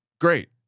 Great